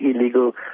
illegal